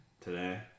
today